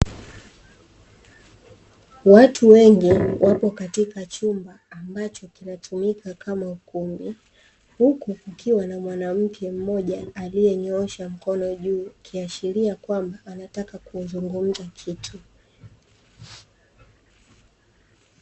Watu wengi wapo katika chumba ambacho kinatumika kama ukumbi huku kukiwa na mwanamke mmoja aliyenyoosha mkono juu kiashiria kwamba anataka kuzungumza kitu.